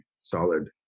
solid